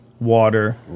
water